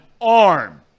arm